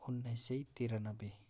उन्नाइस सय त्रियानब्बे